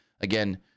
Again